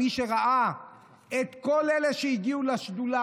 מי שראה את כל אלה שהגיעו לשדולה,